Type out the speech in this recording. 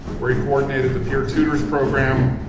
where he coordinated the peer tutors program,